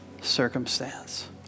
circumstance